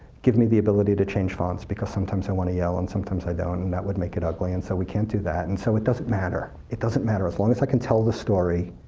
give me the ability to change fonts, because sometimes i want to yell and sometimes i don't, and that would make it ugly, and so we can't do that, and so it doesn't matter. it doesn't matter as long as i can tell the story,